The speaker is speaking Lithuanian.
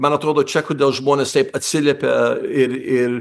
man atrodo čia kodėl žmonės taip atsiliepia ir ir